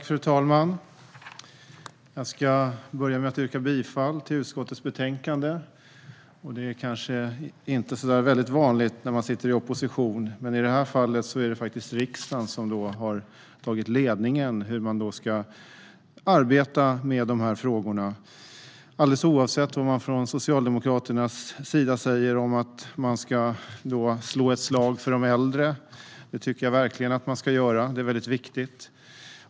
Fru talman! Jag vill börja med att yrka bifall till utskottets förslag i betänkandet. Det är kanske inte så vanligt när man befinner sig i opposition, men i det här fallet är det riksdagen som har tagit ledningen för hur man ska arbeta med dessa frågor, oavsett vad man från Socialdemokraterna säger om att man ska slå ett slag för de äldre. Det tycker jag verkligen att man ska göra. Det är viktigt.